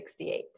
1968